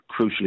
crucially